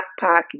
backpack